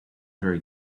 very